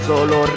Solo